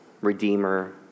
Redeemer